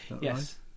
Yes